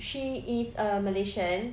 she is a malaysian